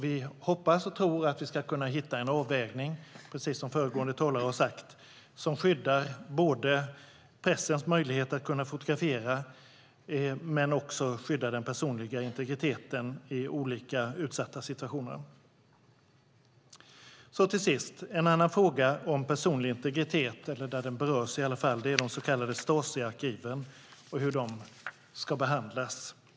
Vi hoppas och tror att vi ska kunna hitta en avvägning, precis som föregående talare har sagt, som skyddar pressens möjligheter att fotografera men som också skyddar den personliga integriteten i olika utsatta situationer. Till sist är det en annan fråga om personlig integritet, eller den berörs i alla fall. Det gäller de så kallade Stasiarkiven och hur de ska behandlas.